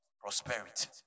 prosperity